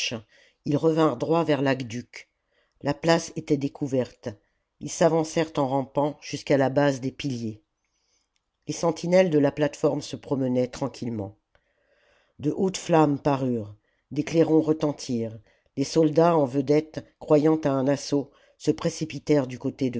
ils revinrent droit vers l'aqueduc la place était découverte ils s'avancèrent en rampant jusqu'à la base des piliers les sentinelles de la plate-forme se promenaient tranquillement de hautes flammes parurent des clairons retentirent les soldats en vedette croyant à un assaut se précipitèrent du côté